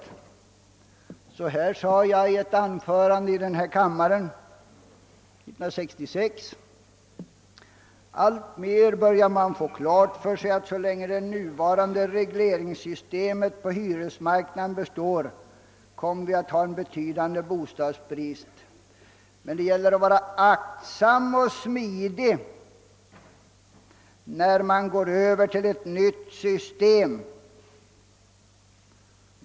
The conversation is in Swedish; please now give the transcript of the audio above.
Jag sade t.ex. så här i ett anförande i denna kammare 1966: »Alltmer börjar man få klart för sig att så länge det nuvarande regleringssystemet på hyresmarknaden består kommer vi att ha en betydande bostadsbrist. Men det gäller att vara aktsam och smidig när man går över till ett nytt system.